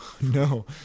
no